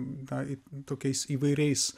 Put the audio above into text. na tokiais įvairiais